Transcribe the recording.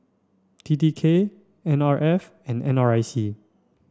T T K N R F and N R I C